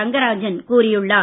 ரங்கராஜன் கூறியுள்ளார்